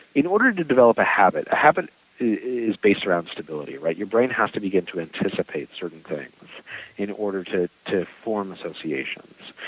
in order to develop a habit, a habit is based around stability, right? your brain has to beget to anticipate certain things in order to to form associations.